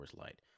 Light